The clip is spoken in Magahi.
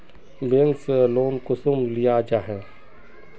बैंक से लोन कुंसम लिया जाहा?